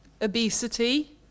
obesity